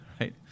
Right